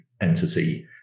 entity